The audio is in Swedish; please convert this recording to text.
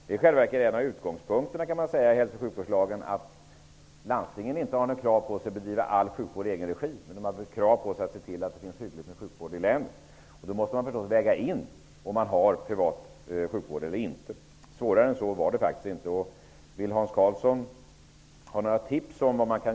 Det är i själva verket en av utgångspunkterna i hälso och sjukvårdslagen att landstingen inte har krav på sig att bedriva all sjukvård i egen regi. Men de har krav på sig att se till att det finns en hygglig tillgång på sjukvård i länet. Då måste landstingen förstås väga in om det finns privat sjukvård eller inte. Svårare än så är det inte. Jag kan ge Hans Karlsson följande tips.